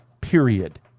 period